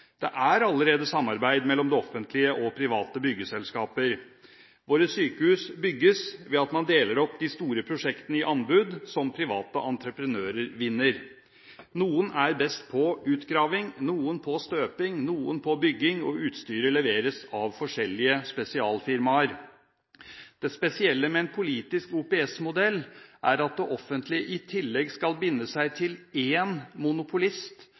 Det er allerede samarbeid mellom det offentlige og private byggeselskaper. Våre sykehus bygges ved at man deler opp de store prosjektene i anbud som private entreprenører vinner. Noen er best på utgraving, noen på støping, noen på bygging, og utstyret leveres av forskjellige spesialfirmaer. Det spesielle med en politisk OPS-modell er at det offentlige i tillegg skal binde seg til én monopolist